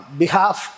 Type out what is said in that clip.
behalf